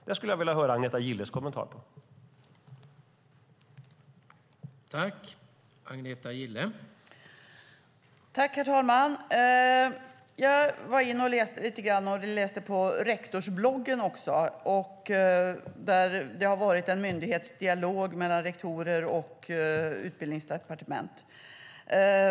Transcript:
Jag skulle vilja höra Agneta Gilles kommentar till det.